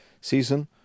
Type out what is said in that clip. season